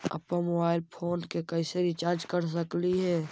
अप्पन mobile phone के कैसे रिचार्ज कर सकली हे?